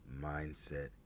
mindset